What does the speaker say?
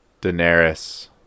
Daenerys